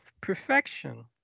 perfection